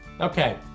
Okay